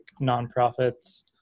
nonprofits